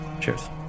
Cheers